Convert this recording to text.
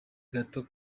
gato